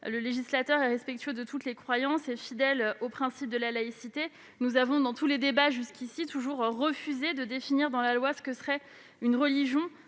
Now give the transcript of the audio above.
Le législateur est respectueux de toutes les croyances et fidèle au principe de la laïcité. Dans tous les débats, nous avons toujours refusé de définir dans la loi ce que serait une religion